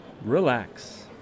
relax